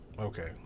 okay